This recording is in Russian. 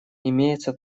имеется